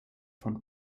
von